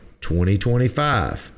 2025